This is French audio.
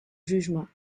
jugement